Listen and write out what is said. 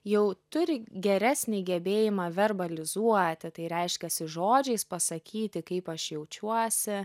jau turi geresnį gebėjimą verbalizuoti tai reiškiasi žodžiais pasakyti kaip aš jaučiuosi